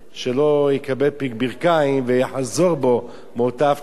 לא יקבל פיק ברכיים ויחזור בו מאותה הבטחה,